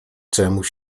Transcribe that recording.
czemuż